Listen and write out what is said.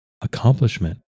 accomplishment